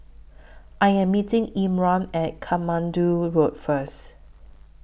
I Am meeting Irma At Katmandu Road First